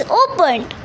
opened